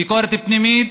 ביקורת פנימית,